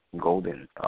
golden